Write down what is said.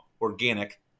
organic